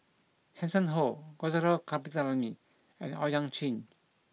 Hanson Ho Gaurav Kripalani and Owyang Chi